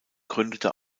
gründete